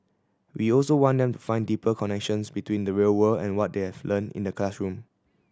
we also want them find deeper connections between the real world and what they have learn in the classroom